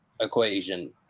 equation